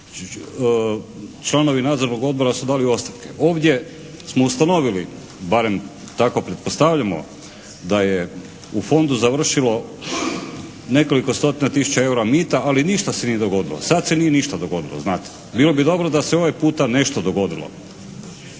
članovi nadzornog odbora su dali ostavke. Ovdje smo ustanovili barem tako pretpostavljamo da je u fondu završilo nekoliko stotina, tisuća eura mita ali ništa se nije dogodilo. Sad se nije ništa dogodilo, znate. Bilo bi dobro da se ovaj puta nešto dogodilo.